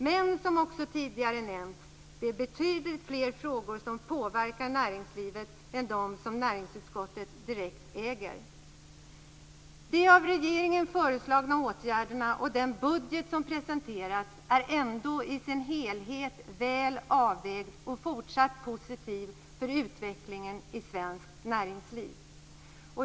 Men, som också tidigare nämnts: Det är betydligt fler frågor som påverkar näringslivet än de som näringsutskottet direkt äger. De av regeringen föreslagna åtgärderna och den budget som presenteras är ändå i sin helhet väl avvägda och fortsatt positiva för utvecklingen i svenskt näringsliv.